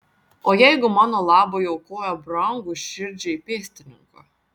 o jeigu mano labui aukoja brangų širdžiai pėstininką